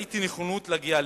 ראיתי נכונות להגיע להסכם.